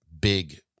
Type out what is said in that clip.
big